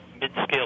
mid-scale